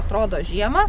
atrodo žiemą